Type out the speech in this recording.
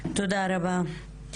תודה רבה.